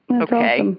Okay